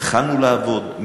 התחלנו לעבוד,